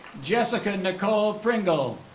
jessica nicole pringle